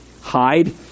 hide